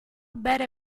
bere